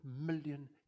million